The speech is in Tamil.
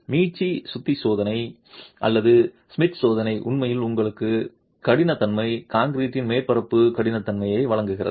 மீட்சி சுத்தி சோதனை அல்லது ஷ்மிட் சோதனை உண்மையில் உங்களுக்கு கடினத்தன்மை கான்கிரீட்டின் மேற்பரப்பு கடினத்தன்மையை வழங்குகிறது